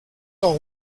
all